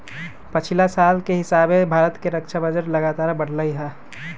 पछिला साल के हिसाबे भारत के रक्षा बजट लगातार बढ़लइ ह